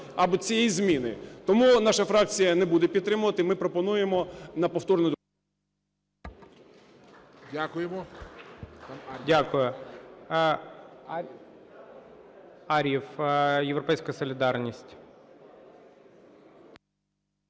або цієї зміни. Тому наша фракція не буде підтримувати, і ми пропонуємо на повторне…